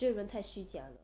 觉得人太虚假了